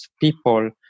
people